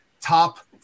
top